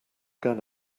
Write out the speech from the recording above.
gun